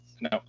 No